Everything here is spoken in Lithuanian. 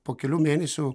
po kelių mėnesių